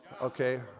Okay